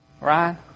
Right